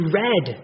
red